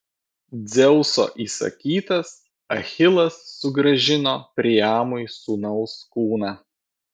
dzeuso įsakytas achilas sugrąžino priamui sūnaus kūną